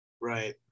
right